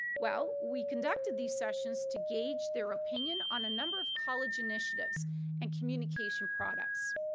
well, we conducted these sessions to gauge their opinion on a number of college initiatives and communication products.